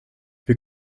wir